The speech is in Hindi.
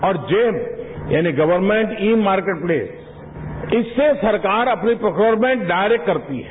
और जैम यानी गवर्नमेंट इ मार्केट प्लेस इससे सरकार अपनी प्रोक्योर्येट डायरेक्ट करती है